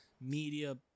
media